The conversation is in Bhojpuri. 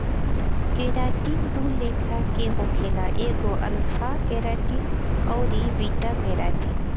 केराटिन दू लेखा के होखेला एगो अल्फ़ा केराटिन अउरी बीटा केराटिन